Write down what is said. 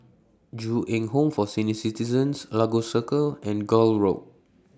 Ju Eng Home For Senior Citizens Lagos Circle and Gul Road